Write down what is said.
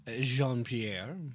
Jean-Pierre